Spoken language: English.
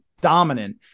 dominant